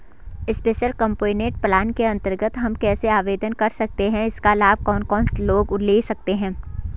Special component plan के अन्तर्गत हम कैसे आवेदन कर सकते हैं इसका लाभ कौन कौन लोग ले सकते हैं?